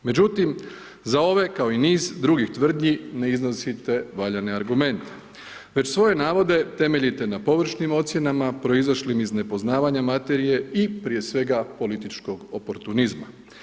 Međutim, za ove kao i niz drugih tvrdnji ne iznosite valjane argumente, već svoje navode temeljite na površnim ocjenama proizašlim iz nepoznavanje materije i prije svega političkog oportunizma.